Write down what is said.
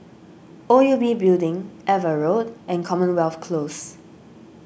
O U B Building Ava Road and Commonwealth Close